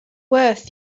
worth